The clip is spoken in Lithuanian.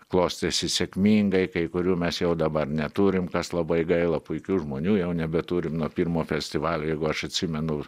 klostėsi sėkmingai kai kurių mes jau dabar neturim kas labai gaila puikių žmonių jau nebeturim nuo pirmo festivalio jeigu aš atsimenu